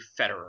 federer